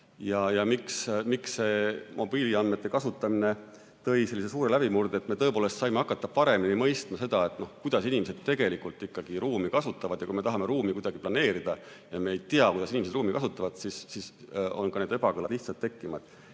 see mobiiliandmete kasutamine tõi sellise suure läbimurde? Me saime tõepoolest hakata paremini mõistma seda, kuidas inimesed tegelikult ikkagi ruumi kasutavad. Kui me tahame ruumi kuidagi planeerida ja me ei tea, kuidas inimesed ruumi kasutavad, siis on ka ebakõlad lihtsad tekkima.